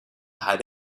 had